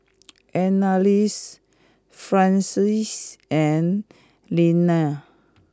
Annalise Frances and Linnea